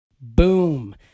Boom